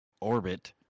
orbit